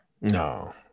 No